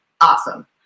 awesome